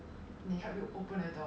wait so like that person is like